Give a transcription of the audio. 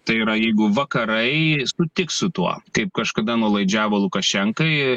tai yra jeigu vakarai sutiks su tuo kaip kažkada nuolaidžiavo lukašenkai